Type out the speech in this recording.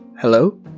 Hello